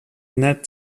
nat